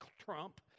Trump